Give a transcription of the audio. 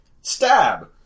stab